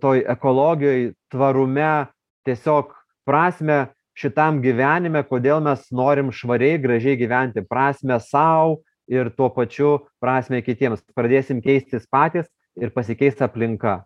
toj ekologijoj tvarume tiesiog prasmę šitam gyvenime kodėl mes norim švariai gražiai gyventi prasmę sau ir tuo pačiu prasmę kitiems pradėsim keistis patys ir pasikeis aplinka